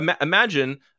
imagine